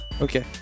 Okay